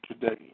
today